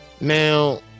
Now